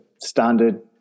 standard